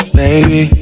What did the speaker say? baby